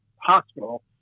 hospital